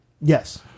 Yes